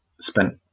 spent